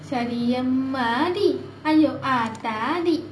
சரி அம்மாடி அட ஆதாதி:sari ammaadi ada aathaadi